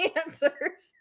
answers